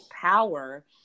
power